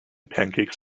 pancakes